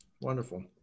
wonderful